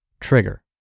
trigger